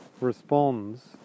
responds